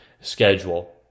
schedule